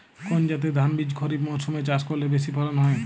কোন জাতের ধানবীজ খরিপ মরসুম এ চাষ করলে বেশি ফলন হয়?